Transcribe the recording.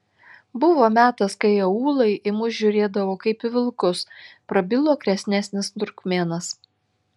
buvo metas kai aūlai į mus žiūrėdavo kaip į vilkus prabilo kresnasis turkmėnas